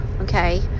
Okay